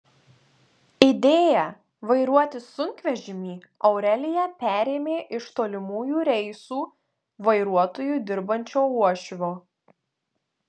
idėją vairuoti sunkvežimį aurelija perėmė iš tolimųjų reisų vairuotoju dirbančio uošvio